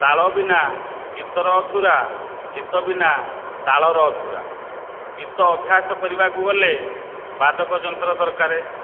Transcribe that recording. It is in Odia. ତାଳ ବିନା ଗୀତର ଅଧୁରା ଗୀତ ବିନା ତାଳର ଅଧୁରା ଗୀତ ଅଭ୍ୟାସ କରିବାକୁ ଗଲେ ବାଦକ ଯନ୍ତ୍ର ଦରକାର